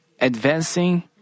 advancing